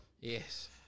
Yes